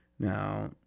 Now